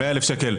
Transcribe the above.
100,000 שקל,